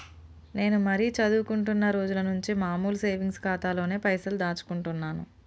నేను మరీ చదువుకుంటున్నా రోజుల నుంచి మామూలు సేవింగ్స్ ఖాతాలోనే పైసలు దాచుకుంటున్నాను